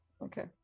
Okay